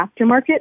aftermarket